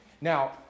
Now